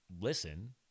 listen